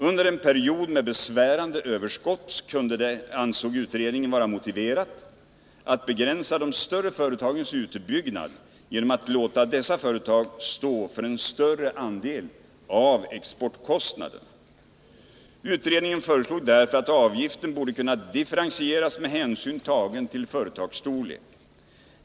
Under en period med besvärande överskott kunde det, ansåg utredningen, vara motiverat att begränsa de större företagens utbyggnad genom att låta dessa företag stå för en större andel av exportkostnaderna. Utredningen föreslog därför att avgiften borde kunna differentieras med hänsyn till företagsstorlek.